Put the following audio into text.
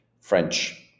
french